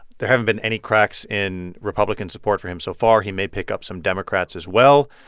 there haven't been any cracks in republican support for him so far. he may pick up some democrats, as well.